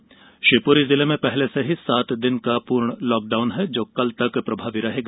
वहीं शिवपुरी में पहले से ही सात दिन की पूर्ण लॉकडाउन लागू है जो कल तक प्रभावी रहेगा